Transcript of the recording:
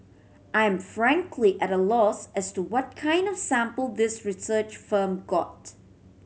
I am frankly at a loss as to what kind of sample this research firm got